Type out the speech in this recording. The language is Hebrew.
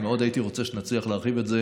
מאוד הייתי רוצה שנצליח להרחיב את זה